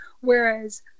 whereas